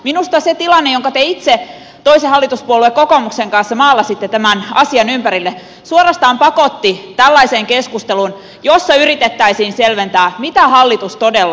minusta se tilanne jonka te itse toisen hallituspuolueen kokoomuksen kanssa maalasitte tämän asian ympärille suorastaan pakotti tällaiseen keskusteluun jossa yritettäisiin selventää mitä hallitus todella sopi